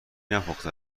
نپخته